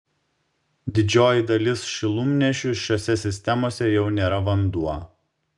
didžioji dalis šilumnešių šiose sistemose jau nėra vanduo